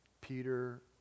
Peter